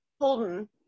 Holden